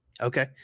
Okay